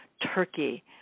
Turkey